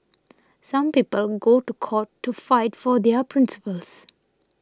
some people go to court to fight for their principles